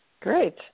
Great